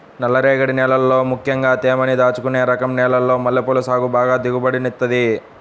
నల్లరేగడి నేలల్లో ముక్కెంగా తేమని దాచుకునే రకం నేలల్లో మల్లెపూల సాగు బాగా దిగుబడినిత్తది